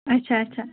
اچھا اچھا